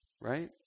right